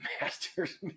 masters